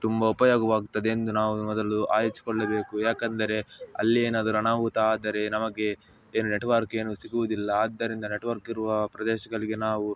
ತುಂಬ ಉಪಯೋಗವಾಗುತ್ತದೆ ಎಂದು ನಾವು ಮೊದಲು ಆಲೋಚಿಸ್ಕೊಳ್ಳಬೇಕು ಯಾಕೆಂದರೆ ಅಲ್ಲಿ ಏನಾದರು ಅನಾಹುತ ಆದರೆ ನಮಗೆ ಏನು ನೆಟ್ವರ್ಕ್ ಏನು ಸಿಗುವುದಿಲ್ಲ ಆದ್ದರಿಂದ ನೆಟ್ವರ್ಕ್ ಇರುವ ಪ್ರದೇಶಗಳಿಗೆ ನಾವು